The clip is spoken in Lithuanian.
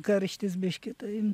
karštis biškį tai